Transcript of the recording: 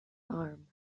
arm